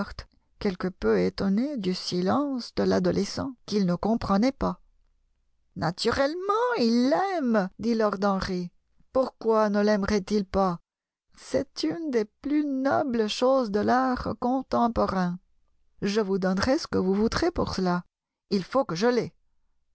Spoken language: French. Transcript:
quelque peu étonné du silence de l'adolescent qu'il ne comprenait pas naturellement il l'aime dit lord henry pourquoi ne laimerait il pas c'est une des plus nobles choses de l'art contemporain je vous donnerai ce que vous voudrez pour cela il faut que je l'aie